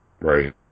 Right